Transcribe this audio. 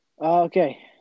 Okay